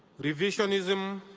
revisionism,